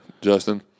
Justin